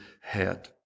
head